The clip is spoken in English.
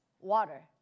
water